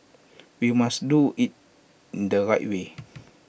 we must do so in the right way